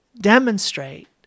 demonstrate